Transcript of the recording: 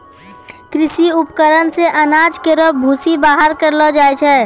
कृषि उपकरण से अनाज केरो भूसी बाहर करलो जाय छै